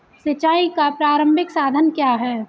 सिंचाई का प्रारंभिक साधन क्या है?